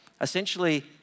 Essentially